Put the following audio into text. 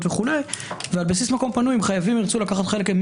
וכו' ועל בסיס מקום פנוי אם חייבים ירצו לקחת חלק,